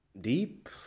deep